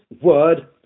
word